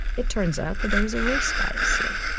it turns out that there is a race bias here.